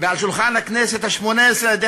ועל שולחן הכנסת השמונה-עשרה שוב על-ידי